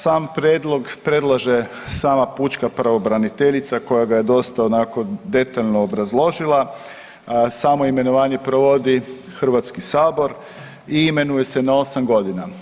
Sam prijedlog predlaže sama pučka pravobraniteljica koja ga je dosta onako detaljno obrazložila, a samo imenovanje provodi Hrvatski sabor i imenuje se na 8 godina.